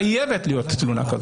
חייבת להיות תלונה.